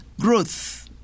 growth